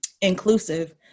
inclusive